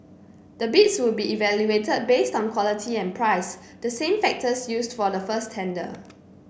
the bids would be evaluated based on quality and price the same factors used for the first tender